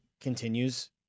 continues